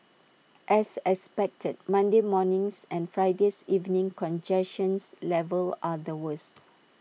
as expected Monday morning's and Friday's evening's congestions levels are the worse